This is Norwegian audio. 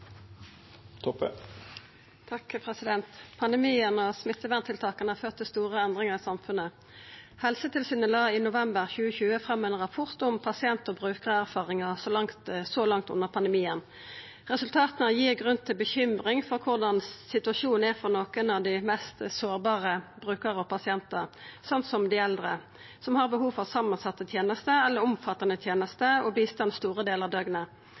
Pandemien og smitteverntiltaka har ført til store endringar i samfunnet. Helsetilsynet la i november 2020 fram ein rapport om pasient- og brukarerfaringar så langt under pandemien. Resultatet gir grunn til bekymring for korleis situasjonen er for nokon av dei mest sårbare brukarane og pasientane, slik som dei eldre som har behov for samansette tenester eller omfattande tenester og bistand store delar av døgnet.